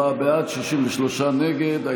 54 בעד, 63 נגד.